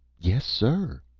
yes, sir,